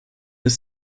ist